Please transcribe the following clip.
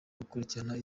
gukurikiraho